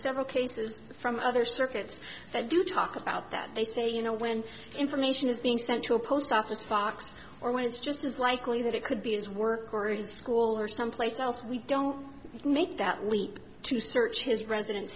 several cases from other circuits that do talk about that they say you know when information is being sent to a post office box or when it's just as likely that it could be his work or his school or someplace else we don't make that leap to search his residen